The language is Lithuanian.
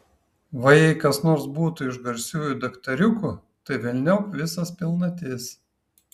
va jei kas nors būtų iš garsiųjų daktariukų tai velniop visas pilnatis